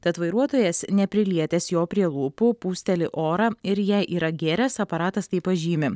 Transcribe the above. tad vairuotojas neprilietęs jo prie lūpų pūsteli orą ir jei yra gėręs aparatas tai pažymi